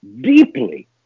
deeply